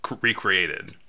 Recreated